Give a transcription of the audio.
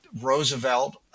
Roosevelt